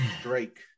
Drake